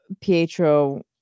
Pietro